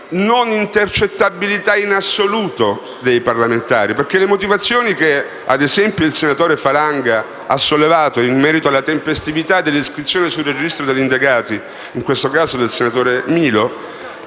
non intercettabilità in assoluto dei parlamentari. Le motivazioni che - ad esempio - il senatore Falanga ha sollevato in merito alla tempestività dell'iscrizione sul registro degli indagati - in questo caso del senatore Milo